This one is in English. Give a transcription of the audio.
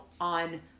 on